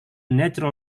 natural